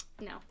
No